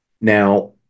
Now